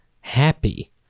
happy